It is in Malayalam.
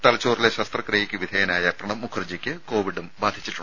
തലച്ചോറിലെ ശസ്ത്രക്രിയയ്ക്ക് വിധേയനായ പ്രണബ് മുഖർജിക്ക് കോവിഡും ബാധിച്ചിരുന്നു